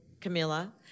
Camilla